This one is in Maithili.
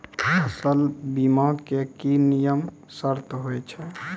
फसल बीमा के की नियम सर्त होय छै?